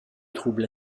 troubles